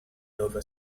nova